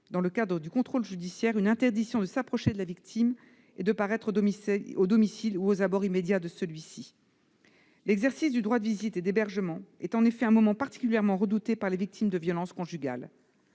dans le cadre du contrôle judiciaire, une interdiction de s'approcher de la victime et de paraître au domicile ou aux abords immédiats de celui-ci. L'exercice du droit de visite et d'hébergement est en effet un moment particulièrement redouté par les victimes de violences conjugales.